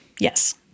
Yes